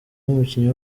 umukinnyi